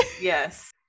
Yes